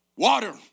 Water